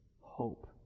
hope